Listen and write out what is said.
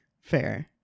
Fair